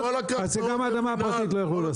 אז זה גם האדמה הפרטית לא יוכלו לשים.